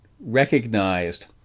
recognized